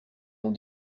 ont